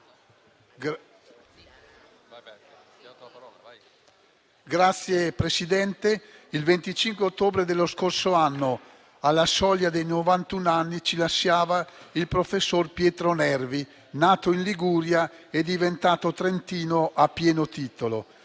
Signor Presidente, il 25 ottobre dello scorso anno, alla soglia dei novantun anni, ci lasciava il professor Pietro Nervi, nato in Liguria e diventato trentino a pieno titolo,